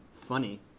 funny